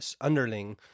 underling